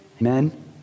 Amen